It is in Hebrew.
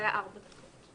זה היה ארבע דקות.